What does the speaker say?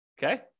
Okay